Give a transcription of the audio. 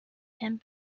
him